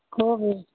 कोबी